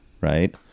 Right